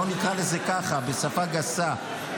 בוא נקרא לזה ככה בשפה גסה,